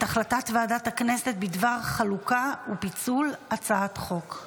הודעת ועדת הכנסת בדבר חלוקה ופיצול הצעת חוק.